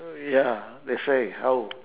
ya that's why how